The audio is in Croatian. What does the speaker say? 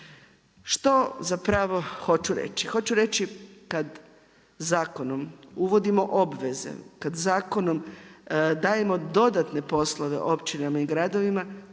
Što zapravo hoću reći? Hoću reći kad zakonom uvodimo obveze, kad zakonom dajemo dodatne poslove, općinama i gradovima,